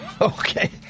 Okay